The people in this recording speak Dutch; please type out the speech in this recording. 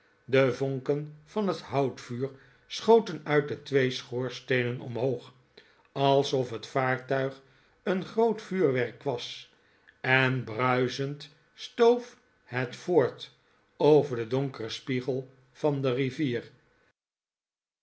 de vonken van het houtvuur schoten uit de twee schoorsteenen omhoog alsof het vaartuig een groot vuurwerk was en bruisend stoof het voort over den donkeren spiegel van de rivier